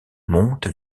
monte